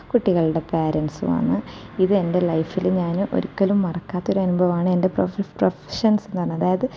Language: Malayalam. കുട്ടികളുടെ പേരന്റ്സും ആണ് ഇത് എൻ്റെ ലൈഫിൽ ഞാൻ ഒരിക്കലും മറക്കാത്ത ഒരു അനുഭവമാണ് എൻ്റെ പ്രൊഫഷൻസ് എന്ന് പറയുന്നത് അതായത്